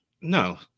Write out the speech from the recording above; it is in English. No